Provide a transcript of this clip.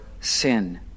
sin